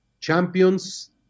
champions